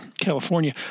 California